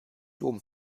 dom